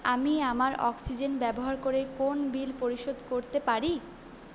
আমি আমার অক্সিজেন ব্যবহার করে কোন বিল পরিশোধ করতে পারি